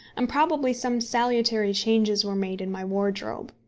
and probably some salutary changes were made in my wardrobe.